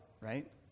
right